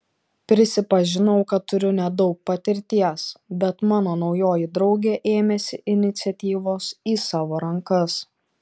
prisipažinau kad turiu nedaug patirties bet mano naujoji draugė ėmėsi iniciatyvos į savo rankas